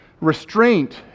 Restraint